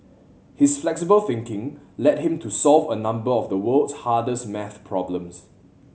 his flexible thinking led him to solve a number of the world's hardest maths problems